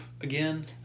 again